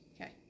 Okay